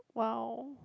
!wow!